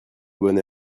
bonne